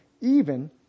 even